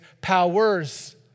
powers